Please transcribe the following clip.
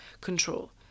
control